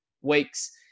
weeks